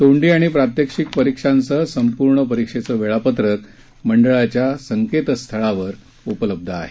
तोंडी आणि प्रात्यक्षिक परीक्षांसह संपूर्ण परीक्षेचं वेळापत्रक मंडळाच्या संकेतस्थळावर उपलब्ध आहे